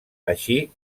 així